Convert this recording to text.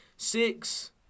Six